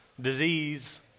disease